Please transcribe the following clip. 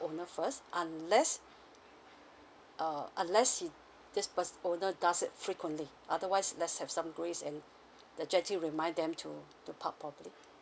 owner first unless err unless he this pers~ owner does it frequently otherwise let's have some grace and the gently remind them to to park properly